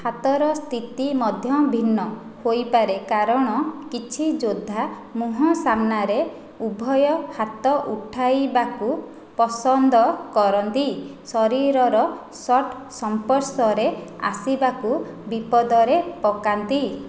ହାତର ସ୍ଥିତି ମଧ୍ୟ ଭିନ୍ନ ହୋଇପାରେ କାରଣ କିଛି ଯୋଦ୍ଧା ମୁହଁ ସାମ୍ନାରେ ଉଭୟ ହାତ ଉଠାଇବାକୁ ପସନ୍ଦ କରନ୍ତି ଶରୀରର ସଟ୍ ସଂସ୍ପର୍ଶରେ ଆସିବାକୁ ବିପଦରେ ପକାନ୍ତି